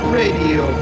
radio